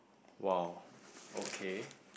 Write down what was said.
!wow! okay